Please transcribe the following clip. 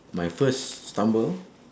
my first stumble